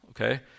okay